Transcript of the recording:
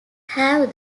have